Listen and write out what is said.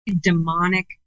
demonic